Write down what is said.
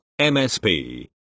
MSP